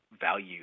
value